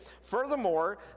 Furthermore